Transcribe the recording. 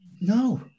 No